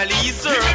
Lisa